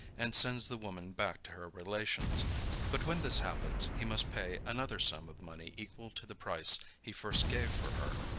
and sends the woman back to her relations but when this happens, he must pay another sum of money equal to the price he first gave for her.